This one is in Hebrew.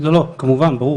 לא, כמובן, ברור.